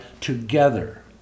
together